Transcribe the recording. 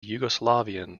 yugoslavian